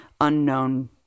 unknown